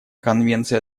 конвенция